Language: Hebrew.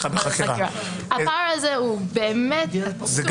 כמה הערות שאתה חושש אפילו שכתבי אישום או מעצרים